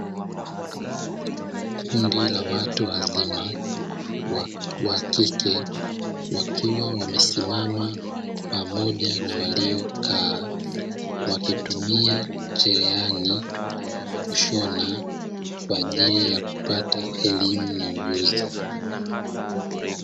Kundi la watu wazima wakike wakiwa wamesimama pamoja na waliokaa, wakitumia cherehani kushona kwa ajili ya kupata elimu na ujuzi.